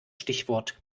stichwort